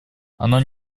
оно